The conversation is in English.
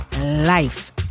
life